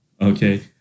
Okay